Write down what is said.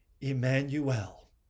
Emmanuel